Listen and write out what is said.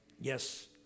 Yes